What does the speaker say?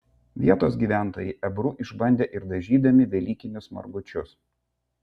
vietos gyventojai ebru išbandė ir dažydami velykinius margučius